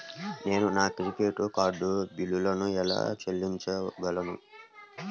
నేను నా credit card బిల్లును ఎలా చెల్లించగలను?